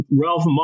Ralph